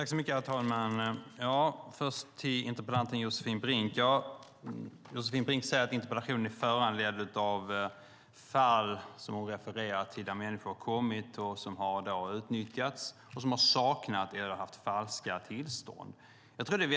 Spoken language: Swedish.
Herr talman! Josefin Brink säger att interpellationen är föranledd av fall som hon refererar till där människor som har saknat tillstånd eller haft falska tillstånd har utnyttjats.